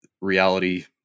reality